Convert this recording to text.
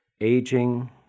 aging